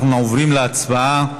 אנחנו עוברים להצבעה